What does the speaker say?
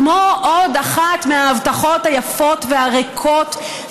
כמו עוד אחת מההבטחות היפות והריקות,